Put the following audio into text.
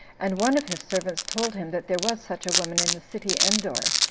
and one of his servants told him that there was such a woman in the city endor,